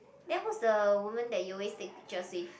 then who's the woman that you always take pictures with